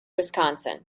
wisconsin